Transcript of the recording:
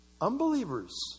Unbelievers